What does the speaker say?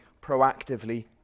proactively